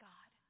God